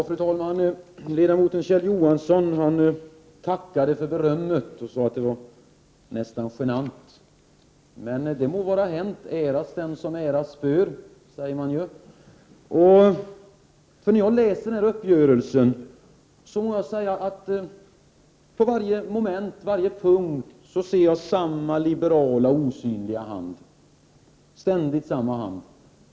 Fru talman! Ledamoten Kjell Johansson tackade för berömmet och sade att det var nästan genant. Det må vara hänt; äras den som äras bör, säger man ju. Jag måste säga att jag när jag studerar denna uppgörelse på varje punkt och varje moment ser samma osynliga, liberala hand, ständigt samma hand.